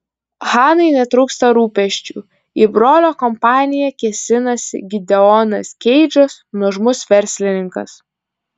hanai netrūksta rūpesčių į brolio kompaniją kėsinasi gideonas keidžas nuožmus verslininkas